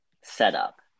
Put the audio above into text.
setup